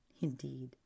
indeed